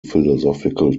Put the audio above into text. philosophical